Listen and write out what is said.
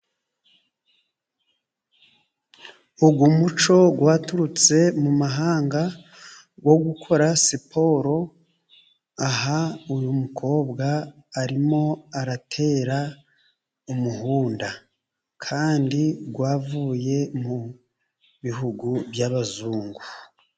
Uyu muco waturutse mu mahanga wo gukora siporo, aha uyu mukobwa arimo aratera umuhunda ,kandi wavuye mu bihugu by'abazungu.